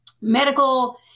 medical